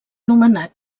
nomenat